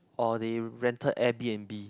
or they rented Air-b_n_b